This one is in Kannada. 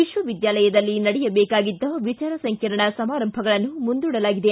ವಿಶ್ವವಿದ್ಯಾಲಯದಲ್ಲಿ ನಡೆಯಬೇಕಾಗಿದ್ದ ವಿಚಾರ ಸಂಕಿರಣ ಸಮಾರಂಭಗಳನ್ನು ಮುಂದೂಡಲಾಗಿದೆ